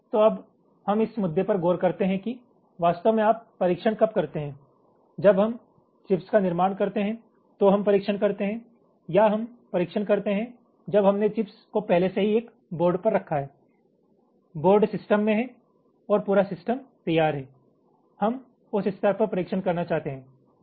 तो अब हम इस मुद्दे पर गौर करते हैं कि वास्तव में आप परीक्षण कब करते हैं जब हम चिप्स का निर्माण करते हैं तो हम परीक्षण करते हैं या हम परीक्षण करते हैं जब हमने चिप्स को पहले से ही एक बोर्ड पर रखा है बोर्ड सिस्टम में है और पूरा सिस्टम तैयार है हम उस स्तर पर परीक्षण करना चाहते हैं